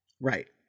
right